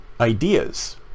ideas